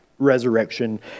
resurrection